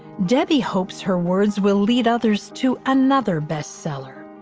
debbie hopes her words will lead others to another bestseller.